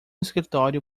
escritório